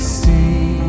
see